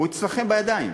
הוא אצלכם בידיים,